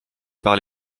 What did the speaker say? par